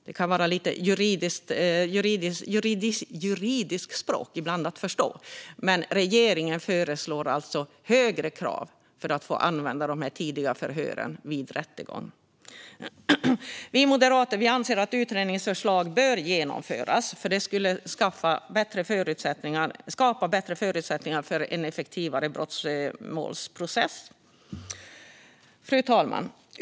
Det kan ibland vara lite svårt att förstå det juridiska språket, men regeringen föreslår alltså högre krav för att få använda de tidiga förhören vid rättegång. Vi moderater anser att utredningens förslag bör genomföras, för det skulle skapa bättre förutsättningar for en effektivare brottmålsprocess. Fru talman!